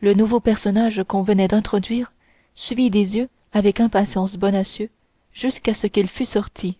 le nouveau personnage qu'on venait d'introduire suivit des yeux avec impatience bonacieux jusqu'à ce qu'il fût sorti